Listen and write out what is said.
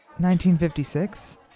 1956